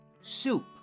soup